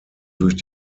durch